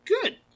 Good